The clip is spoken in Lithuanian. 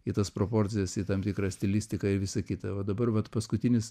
į tas proporcijas į tam tikrą stilistiką ir visa kita o dabar vat paskutinis